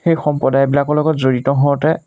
সেই সম্প্ৰদায়বিলাকৰ লগত জড়িত হওঁতে